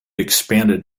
expanded